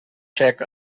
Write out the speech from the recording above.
check